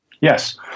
Yes